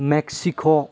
Mexico